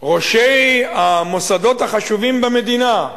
ראשי המוסדות החשובים במדינה,